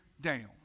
down